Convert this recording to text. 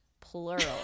Plural